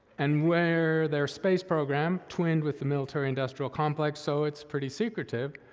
and where their space program twinned with the military industrial complex, so it's pretty secretive,